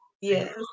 Yes